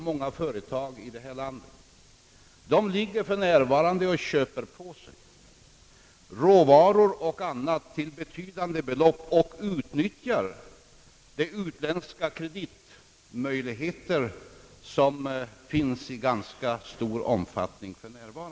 Många företag i det här landet köper för närvarande in råvaror och annat till betydande belopp och utnyttjar de utländska kreditmöjligheter som finns i ganska stor omfattning.